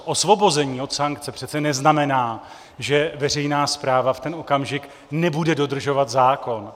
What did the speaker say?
Osvobození od sankce přece neznamená, že veřejná správa v ten okamžik nebude dodržovat zákon.